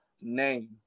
name